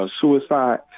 suicide